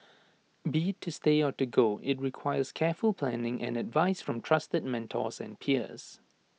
be to stay or to go IT requires careful planning and advice from trusted mentors and peers